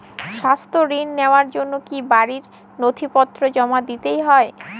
স্বাস্থ্য ঋণ নেওয়ার জন্য কি বাড়ীর নথিপত্র জমা দিতেই হয়?